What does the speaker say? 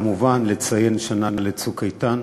וכמובן לציין שנה ל"צוק איתן".